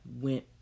went